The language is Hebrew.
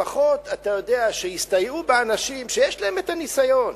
לפחות, אתה יודע, שיסתייעו באנשים שיש להם ניסיון.